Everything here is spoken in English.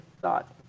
thought